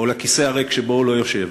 או לכיסא הריק שבו הוא לא יושב: